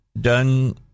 done